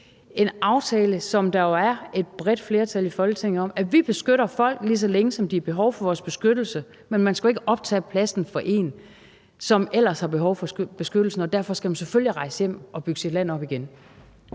og forlig – som der jo er et bredt flertal i Folketinget for. Det er en aftale om, at vi beskytter folk, lige så længe de har behov for vores beskyttelse, men man skal jo ikke optage pladsen og tage den fra en, som ellers har behov for beskyttelsen, og derfor skal man selvfølgelig rejse hjem og bygge sit land op igen.